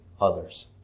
others